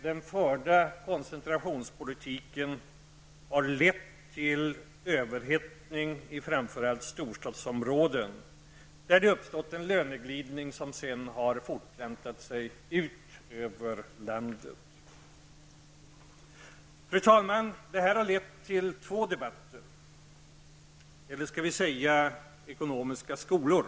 Den förda koncentrationspolitiken har lett till överhettning i framför allt storstadsområden, där det har uppstått en löneglidning, som sedan har fortplantat sig ut över landet. Fru talman! Detta har lett till två debatter -- eller kanske skall vi kalla dem två ekonomiska skolor.